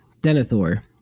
Denethor